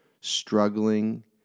struggling